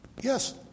Yes